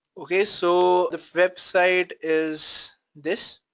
okay, so the website is this.